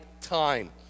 time